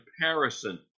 comparison